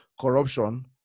Corruption